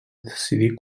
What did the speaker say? decidir